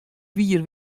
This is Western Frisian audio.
wier